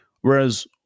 Whereas